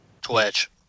Twitch